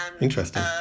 Interesting